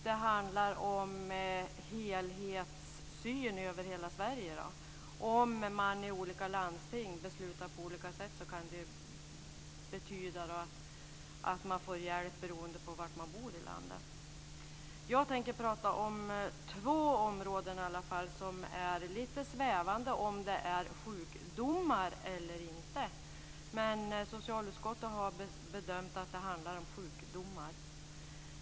Det handlar ju om en helhetssyn över hela Om man i olika landsting beslutar på olika sätt kan det ju betyda att man får olika hjälp beroende på var man bor i landet. Jag tänker prata om två områden där det är lite svävande om det handlar om sjukdomar eller inte. Socialutskottet har bedömt att det handlar om sjukdomar.